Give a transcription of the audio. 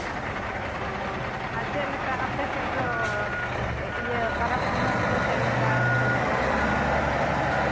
ᱚ ᱟᱨ ᱪᱮᱫ ᱞᱮᱠᱟ ᱟᱯᱮ ᱥᱮᱫ ᱫᱚ ᱤᱭᱟᱹ ᱯᱚᱨᱚᱵᱽ ᱯᱩᱱᱟᱹᱭ ᱠᱚᱫᱚ ᱪᱮᱫ ᱞᱮᱠᱟ ᱯᱮ ᱢᱟᱱᱟᱣᱟ